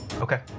okay